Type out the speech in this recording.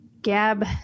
Gab